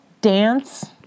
dance